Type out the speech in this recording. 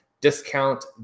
discount